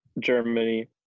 Germany